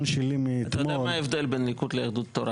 אתה יודע מה ההבדל בין הליכוד ליהדות התורה